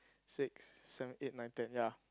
six seven eight nine ten ya